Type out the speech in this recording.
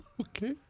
Okay